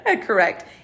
correct